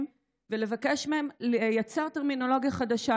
ולבקש מהם לייצר טרמינולוגיה חדשה,